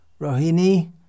Rohini